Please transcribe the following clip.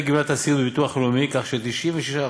גמלת הסיעוד בביטוח הלאומי כך ש-96%,